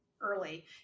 early